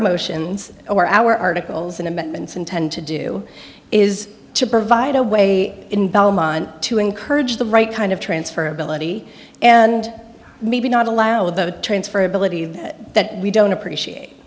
emotions or our articles in amendments intend to do is to provide a way in belmont to encourage the right kind of transfer ability and maybe not allow the transfer ability that we don't appreciate